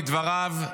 לדבריו,